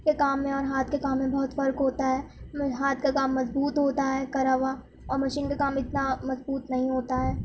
کے کام میں اور ہاتھ کے کام میں بہت فرق ہوتا ہے وہ ہاتھ کا کام مضبوط ہوتا ہے کرا ہوا اور مشین کا کام اتنا مضبوط نہیں ہوتا ہے